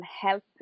help